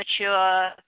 mature